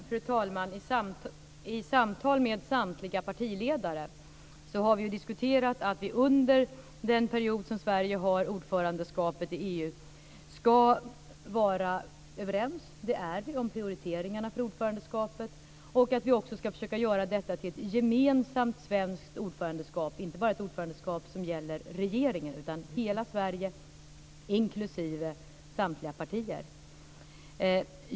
Fru talman! I samtal med samtliga partiledare har vi diskuterat att vi under den period som Sverige har ordförandeskapet i EU ska vara överens. Det är vi om prioriteringarna för ordförandeskapet. Vi ska också försöka göra det till ett gemensamt svenskt ordförandeskap, inte ett ordförandeskap som bara gäller regeringen utan som gäller hela Sverige inklusive samtliga partier.